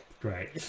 great